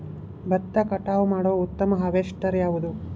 ಭತ್ತ ಕಟಾವು ಮಾಡುವ ಉತ್ತಮ ಹಾರ್ವೇಸ್ಟರ್ ಯಾವುದು?